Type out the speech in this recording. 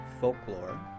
folklore